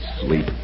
sleep